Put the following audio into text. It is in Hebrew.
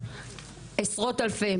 עשרות אלפי,